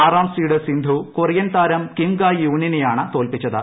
ആറാം seed Sindhu Korean താരം Kim ഗാ ്യ്യൂനിനെ യാണ് തോൽപ്പിച്ചത്